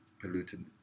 polluted